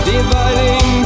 Dividing